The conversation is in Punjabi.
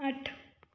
ਅੱਠ